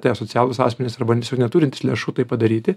tai asocialūs asmenys arba tiesiog neturintys lėšų tai padaryti